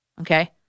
Okay